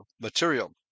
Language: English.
material